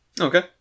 Okay